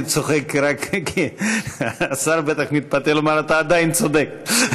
אני צוחק רק כי השר בטח יתפתל ויאמר: אתה עדיין צודק.